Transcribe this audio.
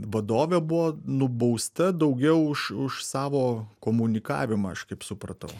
vadovė buvo nubausta daugiau už už savo komunikavimą aš kaip supratau